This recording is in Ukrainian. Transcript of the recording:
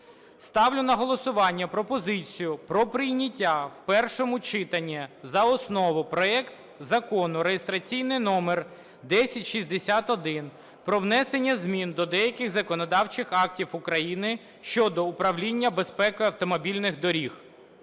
Ставлю на голосування пропозицію про прийняття в першому читанні за основу проекту Закону, реєстраційний номер 1061, про внесення змін до деяких законодавчих актів України щодо управління безпекою автомобільних доріг.